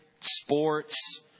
sports